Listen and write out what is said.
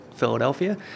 Philadelphia